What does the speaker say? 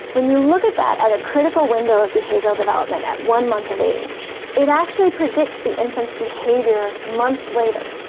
when you look at that at a critical window of behavioural development, at one month of age, it actually predicts the infant's behaviour months later.